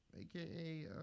aka